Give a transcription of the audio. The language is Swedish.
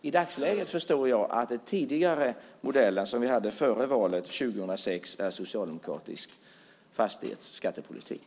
I dagsläget förstår jag att den modell som vi hade före valet 2006 är socialdemokratisk fastighetsskattepolitik.